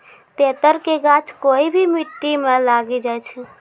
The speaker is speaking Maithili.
तेतर के गाछ कोय भी मिट्टी मॅ लागी जाय छै